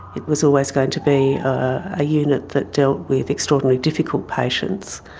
it was always going to be a unit that dealt with extraordinarily difficult patients,